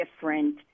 different